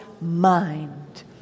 mind